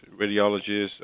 radiologists